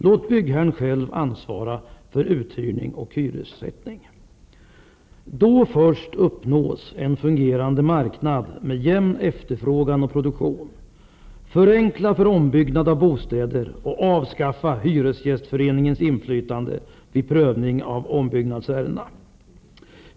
Låt byggherren själv ansvara för uthyr ning och hyressättning. Först då uppnås en fungerande marknad med jämn efterfrågan och produk tion. Förenkla byråkratin vid ombyggnad av bostäder och avskaffa hyres gästföreningens inflytande vid prövning av ombyggnadsärendena.